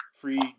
free